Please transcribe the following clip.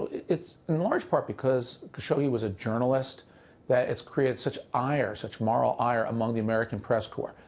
it's in large part because khashoggi was a journalist that it's created such ire, such moral ire among the american press corps,